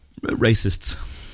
Racists